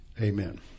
Amen